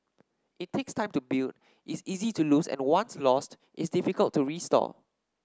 it takes time to build is easy to lose and once lost is difficult to restore